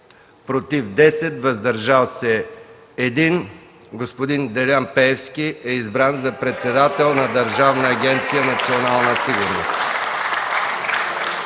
против 10, въздържал се 1. Господин Делян Пеевски е избран за председател на Държавна агенция „Национална сигурност“.